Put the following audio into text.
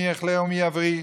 מי יחלה ומי יבריא.